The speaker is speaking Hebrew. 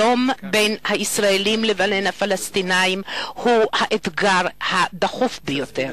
שלום בין הישראלים לבין הפלסטינים הוא האתגר הדחוף ביותר.